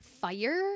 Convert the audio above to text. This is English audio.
fire